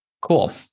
Cool